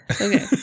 Okay